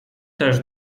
też